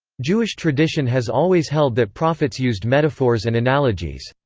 jewish tradition has always held that prophets used metaphors and analogies.